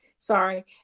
sorry